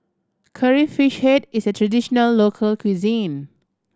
Curry Fish Head is a traditional local cuisine